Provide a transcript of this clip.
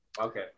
Okay